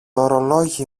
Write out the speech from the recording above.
ωρολόγι